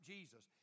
Jesus